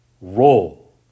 roll